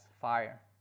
fire